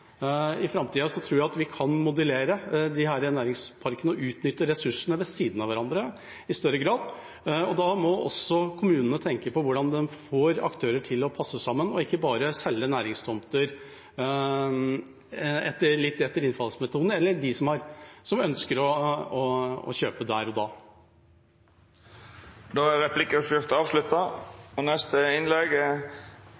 I framtida tror jeg at vi kan modellere disse næringsparkene og utnytte ressursene ved siden av hverandre i større grad. Da må også kommunene tenke på hvordan de får aktører til å passe sammen, og ikke bare selge næringstomter litt etter innfallsmetoden eller etter dem som ønsker å kjøpe der og da. Replikkordskiftet er avslutta.